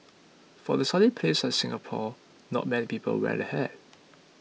for The Sunny place like Singapore not many people wear a hat